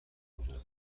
اونجا